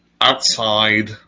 outside